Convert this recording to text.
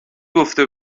گفته